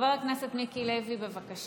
חבר הכנסת מיקי לוי, בבקשה,